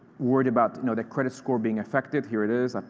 worried about you know their credit score being affected. here it is.